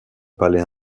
palais